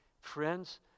Friends